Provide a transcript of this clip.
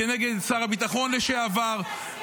נגד שר הביטחון לשעבר.